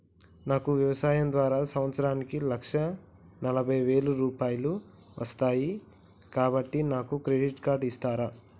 నాకు వ్యవసాయం ద్వారా సంవత్సరానికి లక్ష నలభై వేల రూపాయలు వస్తయ్, కాబట్టి నాకు క్రెడిట్ కార్డ్ ఇస్తరా?